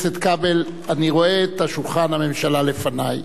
חבר הכנסת כבל, אני רואה את שולחן הממשלה לפני,